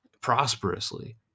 prosperously